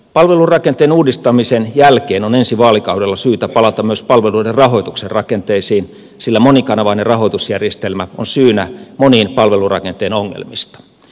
palvelurakenteen uudistamisen jälkeen on ensi vaalikaudella syytä palata myös palveluiden rahoituksen rakenteisiin sillä monikanavainen rahoitusjärjestelmä on syynä moniin palvelurakenteen ongelmista